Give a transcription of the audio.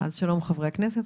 אז שלום לחברי הכנסת,